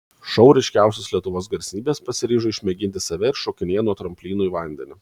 šou ryškiausios lietuvos garsenybės pasiryžo išmėginti save ir šokinėja nuo tramplinų į vandenį